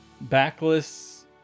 backless